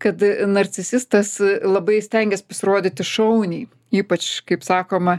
kad narcisistas labai stengias pasirodyti šauniai ypač kaip sakoma